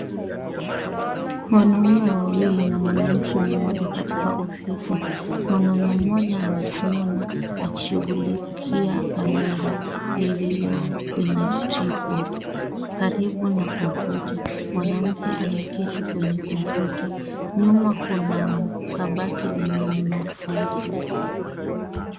Wanaume wawili na mwanamke mmoja katika ofisi. Mwanaume mmoja amesimama akishughulikia kamera iliyo kwenye tripod karibu na kompyuta. Mwanamke ameketi kwenye kompyuta, nyuma kuna kabati lenye mafaili.